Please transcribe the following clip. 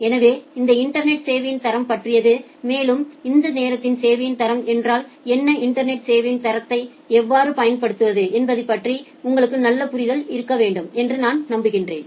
எனவே இது இன்டர்நெட் சேவையின் தரம் பற்றியது மேலும் இந்த நேரத்தில் சேவையின் தரம் என்றால் என்னஇன்டர்நெட்டில் சேவையின் தரத்தை எவ்வாறு பயன்படுத்துவது என்பது பற்றி உங்களுக்கு நல்ல புரிதல் இருக்கும் என்று நம்புகிறேன்